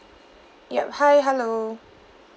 yup hi hello